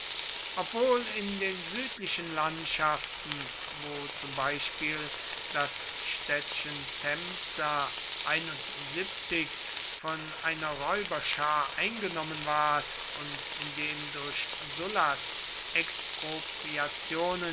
obwohl in den südlichen landschaften wo zum beispiel das städtchen tempsa von einer räuberschar eingenommen ward und in dem durch